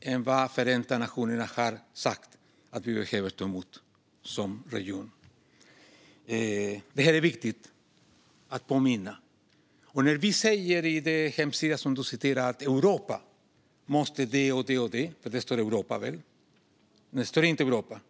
än vad Förenta nationerna har sagt att vi behöver ta emot som region. Det är viktigt att påminna sig om. Du tar upp vad vi skriver på vår hemsida, Jonny Cato, och det gäller Europa.